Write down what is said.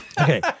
Okay